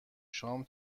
شام